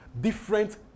Different